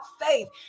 faith